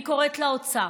אני קוראת לאוצר,